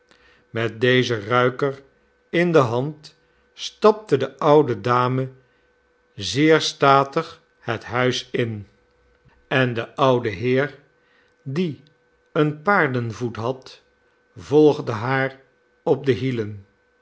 met dezen ruiker in de hand stapte de oude dame zeer statig het huis in en de oude heer die een paardenvoet had volgde haar op de hielen